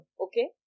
okay